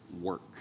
work